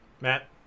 Matt